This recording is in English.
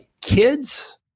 kids